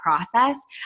process